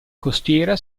costiera